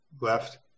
Left